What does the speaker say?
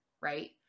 right